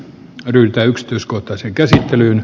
levyltä yksityiskohtaisen kesänäyttelyyn